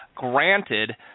Granted